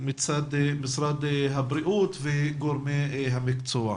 מצדו של משרד הבריאות וגורמי המקצוע.